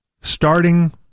starting